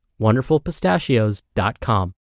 WonderfulPistachios.com